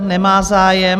Nemá zájem.